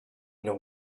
know